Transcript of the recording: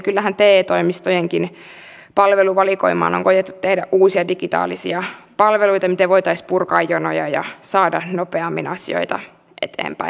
kyllähän te toimistojenkin palveluvalikoimaan on koetettu tehdä uusia digitaalisia palveluita miten voitaisiin purkaa jonoja ja saada nopeammin asioita eteenpäin